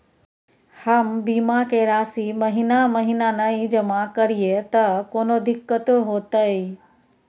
हम बीमा के राशि महीना महीना नय जमा करिए त कोनो दिक्कतों होतय?